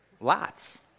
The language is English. lots